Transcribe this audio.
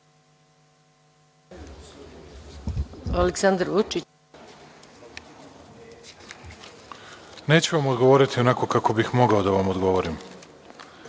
**Aleksandar Vučić** Neću vam odgovoriti onako kako bih mogao da vam odgovorim,